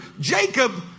Jacob